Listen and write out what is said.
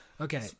Okay